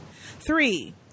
Three